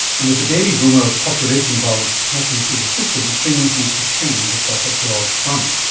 and with the baby boomer population bulge passing through the system, things need to change across a broad front,